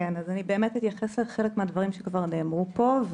אני אתייחס לחלק מהדברים שכבר נאמרו פה,